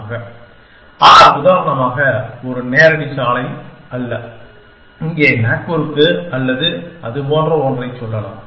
ஆனால் உதாரணமாக ஒரு நேரடி சாலை அல்ல இங்கே நாக்பூருக்கு அல்லது அதுபோன்ற ஒன்றைச் சொல்லலாம்